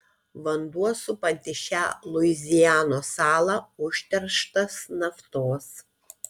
vanduo supantis šią luizianos salą užterštas naftos